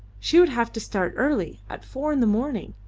she would have to start early at four in the morning,